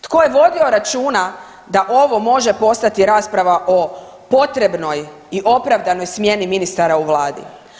Tko je vodio računa da ovo može postati rasprava o potrebnoj i opravdanoj smjeni ministara u vladi?